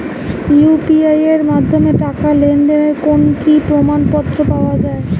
UPI এর মাধ্যমে টাকা লেনদেনের কোন কি প্রমাণপত্র পাওয়া য়ায়?